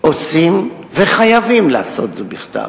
עושים וחייבים לעשות זאת בכתב,